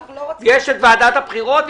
יש את ועדת הבחירות,